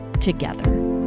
together